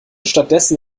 stattdessen